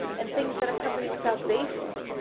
and things that accompany salvation,